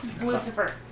Lucifer